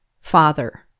Father